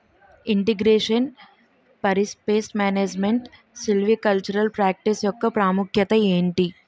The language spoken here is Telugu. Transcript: integration forest pest management silvicultural practice యెక్క ప్రాముఖ్యత ఏంటి